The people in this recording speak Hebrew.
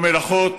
שבמלאכות,